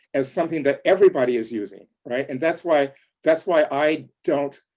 as something that everybody is using, right? and that's why that's why i don't,